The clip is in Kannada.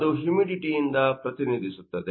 ಅದು ಹ್ಯೂಮಿಡಿಟಿ ಯಿಂದ ಪ್ರತಿನಿಧಿಸುತ್ತದೆ